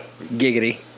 Giggity